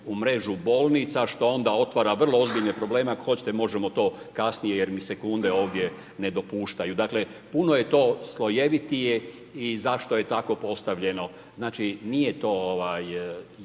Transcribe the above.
u mrežu bolnica što onda otvara vrlo ozbiljne probleme ako hoćete možemo to kasnije jer mi sekunde ovdje ne dopuštaju. Dakle, puno je to slojevitije i zašto je tako postavljeno. Znači, nije to kad